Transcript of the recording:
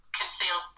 conceal